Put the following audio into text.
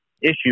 issue